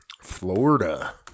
Florida